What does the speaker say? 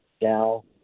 gal